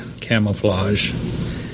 camouflage